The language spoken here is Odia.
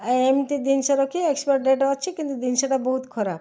ଏ ଏମିତି ଜିନିଷ ରଖି ଏକ୍ସପାରୀ ଡେଟ୍ ଅଛି କିନ୍ତୁ ଜିନିଷଟା ବହୁତ ଖରାପ